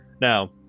Now